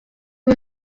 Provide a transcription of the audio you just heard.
ubu